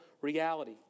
reality